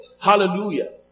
Hallelujah